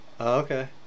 Okay